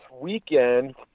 weekend